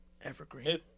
Evergreen